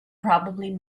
probably